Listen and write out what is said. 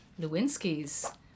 Lewinsky's